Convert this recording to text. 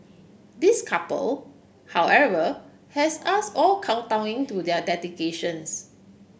this couple however has us all kowtowing to their dedications